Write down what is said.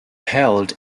held